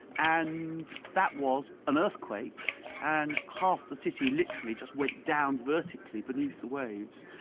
and that was an earthquake and half the city literally just went down vertically beneath the waves,